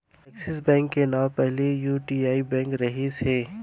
axis bank के नांव पहिली यूटीआई बेंक रहिस हे